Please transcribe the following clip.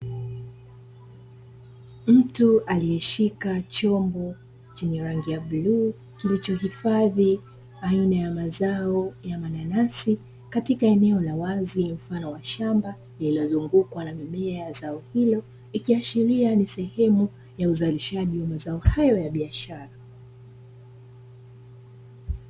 Mtu aliyeshika chombo chenye rangi ya buluu kilichohifadhi aina ya mazao ya mananasi katika eneo la wazi mfano wa shamba, lililozungukwa na mimea ya zao hilo, ikiashiria ni sehemu ya uzalishaji wa mazao hayo ya biashara.